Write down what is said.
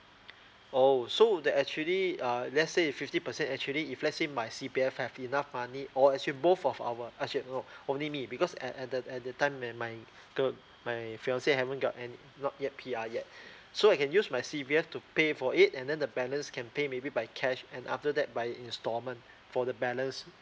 oh so that actually uh let's say if fifty percent actually if let's say my C_P_F have enough money or actually both of our actually no only me because at at the at the time and my girl my fiancee haven't got and not yet P_R yet so I can use my C_P_F to pay for it and then the balance can pay maybe by cash and after that by instalment for the balance